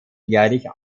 jährlich